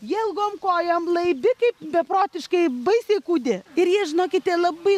jie ilgom kojom laibi kaip beprotiškai baisiai kūdi ir jie žinokite labai